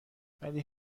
ولی